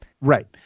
Right